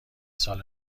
سال